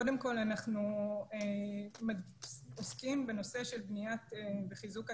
קודם כל אנחנו עוסקים בנושא של בנייה וחיזוק של